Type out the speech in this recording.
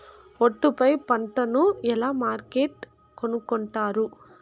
ఒట్టు పై పంటను ఎలా మార్కెట్ కొనుక్కొంటారు?